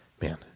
Man